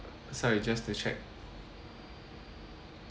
sorry just to check